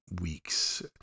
weeks